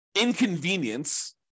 inconvenience